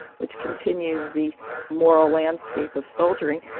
which continues the moral landscape of soldiering,